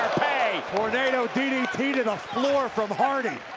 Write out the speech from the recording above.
pay. tornado ddt to the floor from hardy.